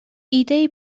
ایدهای